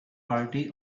party